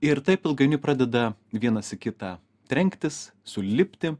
ir taip ilgainiui pradeda vienas į kitą trenktis sulipti